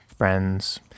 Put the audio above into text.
friends